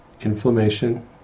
Inflammation